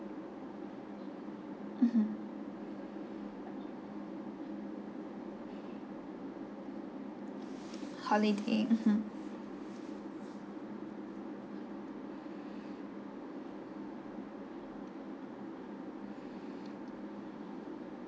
mmhmm holiday mmhmm